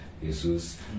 Jesus